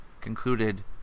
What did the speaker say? concluded